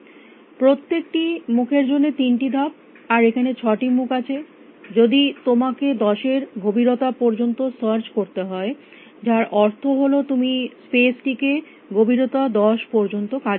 প্রত্যেকটি মুখের জন্য 3টি ধাপ আর এখানে 6টি মুখ আছে যদি তোমাকে 10 এর গভীরতা পর্যন্ত সার্চ করতে হয় যার অর্থ হল তুমি স্পেস টিকে গভীরতা 10 পর্যন্ত কাজে লাগাতে চাও